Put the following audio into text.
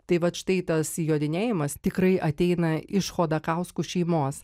tai vat štai tas jodinėjimas tikrai ateina iš chodakauskų šeimos